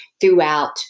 throughout